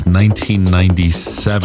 1997